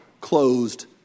closed